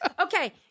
Okay